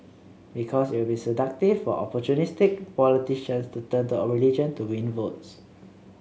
because it will be seductive for opportunistic politicians to turn to religion to win votes